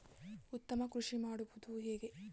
ಉತ್ತಮ ಕೃಷಿ ಮಾಡುವುದು ಹೇಗೆ?